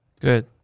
good